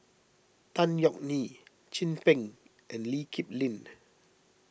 Tan Yeok Nee Chin Peng and Lee Kip Lin